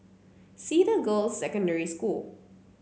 Cedar Girls' Secondary School